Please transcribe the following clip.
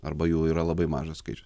arba jų yra labai mažas skaičius